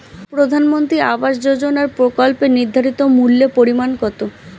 প্রধানমন্ত্রী আবাস যোজনার প্রকল্পের নির্ধারিত মূল্যে পরিমাণ কত?